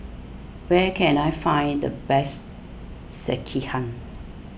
where can I find the best Sekihan